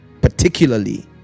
particularly